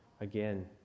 again